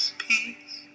peace